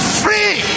free